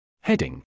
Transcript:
Heading